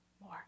more